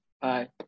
Bye